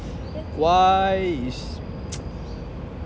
why is